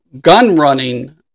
gun-running